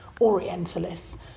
orientalists